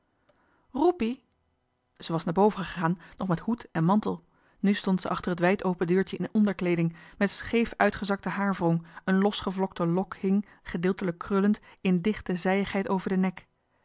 ze was naar boven gegaan nog met hoed en mantel nu stond ze achter het wijdopen deurtje in onderkleeding met scheef uitgezakte haarwrong een losgevlokte lok hing gedeeltelijk krullend in dichte zijigheid over den nek